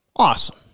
Awesome